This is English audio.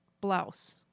blouse